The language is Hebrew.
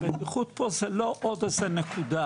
הבטיחות פה זה לא עוד נקודה,